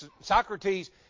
Socrates